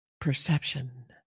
perception